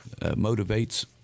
motivates